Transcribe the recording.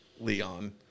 Leon